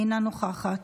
אינה נוכחת,